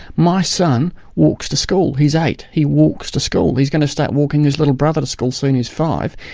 my son walks to school, he's eight, he walks to school, he's going to start walking his little brother to school soon, who's five.